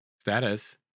status